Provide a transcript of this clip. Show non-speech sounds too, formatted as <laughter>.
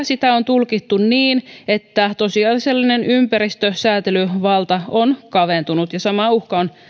<unintelligible> sitä on tulkittu niin että tosiasiallinen ympäristösäätelyvalta on kaventunut ja sama uhka on